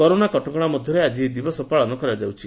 corona କଟକଶା ମଧ୍ଧରେ ଆକି ଏହି ଦିବସ ପାଳନ କରାଯାଉଛି